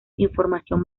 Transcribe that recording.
información